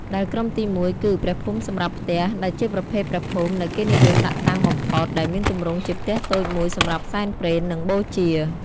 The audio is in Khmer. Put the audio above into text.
ដែលក្រុមទីមួយគឺ ព្រះភូមិសម្រាប់ផ្ទះ ដែលជាប្រភេទព្រះភូមិដែលគេនិយមដាក់តាំងបំផុត ដែលមានទម្រង់ជាផ្ទះតូចមួយសម្រាប់សែនព្រេន និងបូជា។